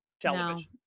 television